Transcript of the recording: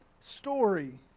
story